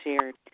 shared